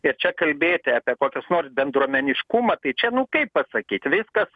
ir čia kalbėti apie kokius nors bendruomeniškumą tai čia nu kaip pasakyt viskas